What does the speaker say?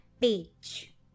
page